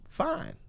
Fine